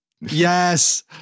Yes